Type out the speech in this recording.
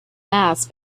mass